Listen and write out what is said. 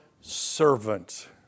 servant